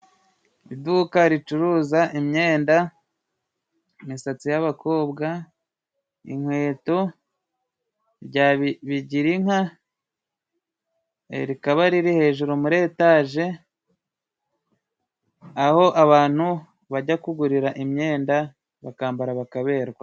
Iduka ricuruza imyenda, imisatsi y'abakobwa, inkweto, rya Bigirinka, rikaba riri hejuru muri etaje, aho abantu bajya kugurira imyenda bakambara bakaberwa.